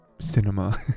cinema